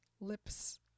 lips